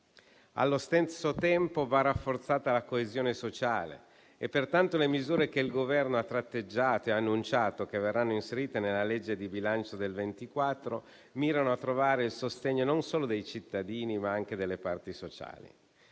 Allo stesso tempo, va rafforzata la coesione sociale. Pertanto, le misure che il Governo ha tratteggiato e ha annunciato che verranno inserite nella legge di bilancio 2024 mirano a trovare il sostegno, non solo dei cittadini, ma anche delle parti sociali.